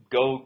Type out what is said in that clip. go